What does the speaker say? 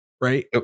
Right